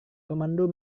pemandu